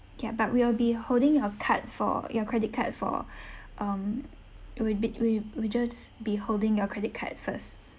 ya but we will be holding your card for your credit card for um it would be we we just be holding your credit card first